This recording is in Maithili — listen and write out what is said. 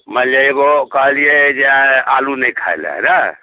मानि लिअ एगो कहलियै जे आइ आलू नहि खाइ लए रऽ